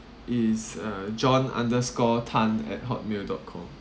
is uh john underscore tan at hotmail dot com